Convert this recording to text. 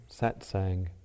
Satsang